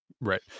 Right